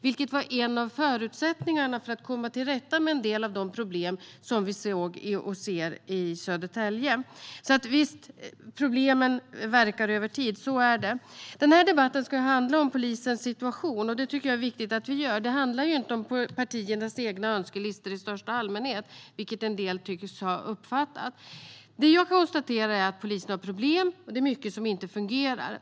Det var en av förutsättningarna för att komma till rätta med en del av de problem vi såg och ser i Södertälje. Så visst är det så att problemen verkar över tid. Denna debatt ska handla om polisens situation, och jag tycker att det är viktigt att den gör det. Det handlar ju inte om partiernas egna önskelistor i största allmänhet, vilket en del tycks ha uppfattat. Jag konstaterar att polisen har problem, och det är mycket som inte fungerar.